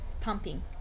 pumping